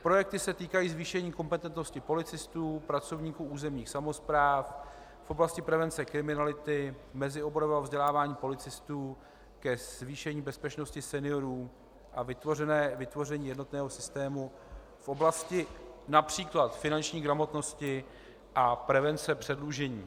Projekty se týkají zvýšení kompetentnosti policistů, pracovníků územních samospráv, v oblasti prevence kriminality mezioborového vzdělávání policistů ke zvýšení bezpečnosti seniorů a vytvoření jednotného systému v oblasti např. finanční gramotnosti a prevence předlužení.